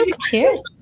Cheers